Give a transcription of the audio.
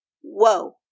Whoa